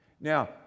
Now